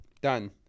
Done